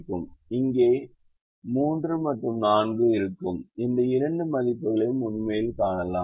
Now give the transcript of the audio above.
இங்கே 3 மற்றும் 4 இருக்கும் இந்த இரண்டு மதிப்புகளையும் உண்மையில் காணலாம்